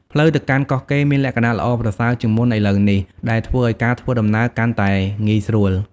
ផ្លូវទៅកាន់កោះកេរមានលក្ខណៈល្អប្រសើរជាងមុនឥឡូវនេះ ដែលធ្វើឲ្យការធ្វើដំណើរកាន់តែងាយស្រួល។